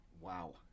Wow